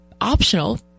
optional